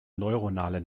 neuronale